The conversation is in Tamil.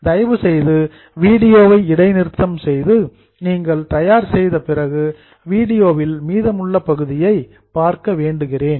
தயவுசெய்து வீடியோவை இடைநிறுத்தம் செய்து நீங்கள் தயார் செய்த பிறகு வீடியோவில் மீதமுள்ள பகுதியை பார்க்க வேண்டுகிறேன்